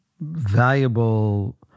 valuable